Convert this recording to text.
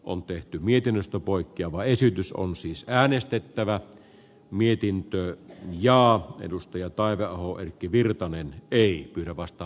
on tehty mietinnöstä poikkeava esitys on siis äänestettävää mietintöön ja edustaja taiveaho heikki virtanen kannatan ed